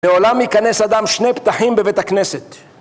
מעולם ייכנס אדם שני פתחים בבית הכנסת